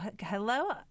hello